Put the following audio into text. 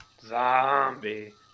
Zombie